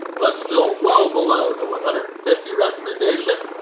but still well below the one hundred and fifty recommendation.